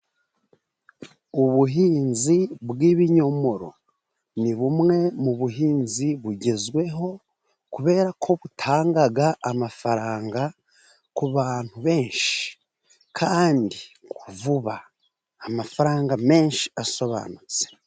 Ubuhinzi bw'ibinyomoro ni bumwe mu buhinzi bugezweho. Kubera ko butanga amafaranga ku bantu benshi kandi vuba. Amafaranga menshi asobanutse.